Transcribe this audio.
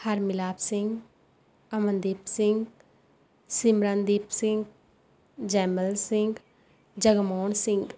Harmilap Singh Amandeep Singh Simrandeep Singh Jaimal Singh Jagmohan Singh